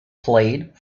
played